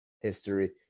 history